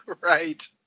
right